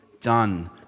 done